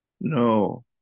No